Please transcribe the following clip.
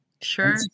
Sure